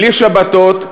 בלי שבתות,